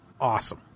awesome